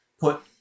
put